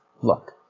look